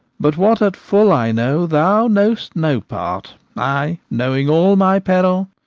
but what at full i know, thou know'st no part i knowing all my peril,